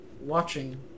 watching